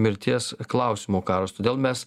mirties klausimo karas todėl mes